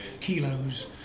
kilos